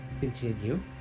continue